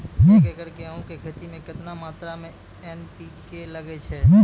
एक एकरऽ गेहूँ के खेती मे केतना मात्रा मे एन.पी.के लगे छै?